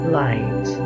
light